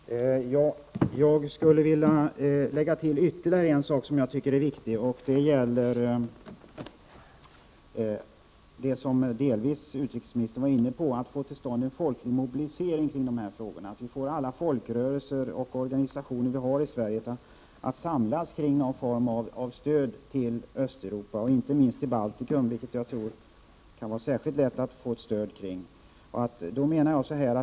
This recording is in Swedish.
Herr talman! Jag skulle vilja lägga till ytterligare en sak som jag tycker är viktig och som gäller det utrikesministern delvis var inne på, nämligen att få till stånd en folklig mobilisering kring de här frågorna. Det är angeläget att få alla folkrörelser och organisationer vi har i Sverige att samlas kring någon form av stöd till Östeuropa, inte minst till Baltikum, vilket jag tror är särskilt lätt att få uppslutning kring.